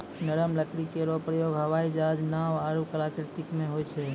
नरम लकड़ी केरो प्रयोग हवाई जहाज, नाव आरु कलाकृति म होय छै